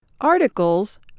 Articles